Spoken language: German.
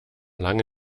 lange